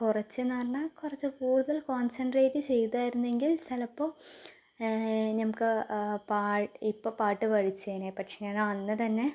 കുറച്ചെന്നു പറഞ്ഞാൽ കുറച്ചു കൂടുതൽ കോൺസൻട്രേറ്റ് ചെയ്താരുന്നെങ്കിൽ ചിലപ്പോൾ നമുക്ക് ഇപ്പോൾ പാട്ട് പഠിച്ചേനെ പക്ഷേ ഞാൻ അന്ന് തന്നെ